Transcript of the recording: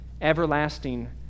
everlasting